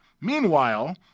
Meanwhile